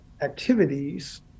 activities